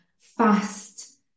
fast